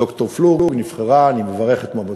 ד"ר פלוג נבחרה, אני מברך על בחירתה.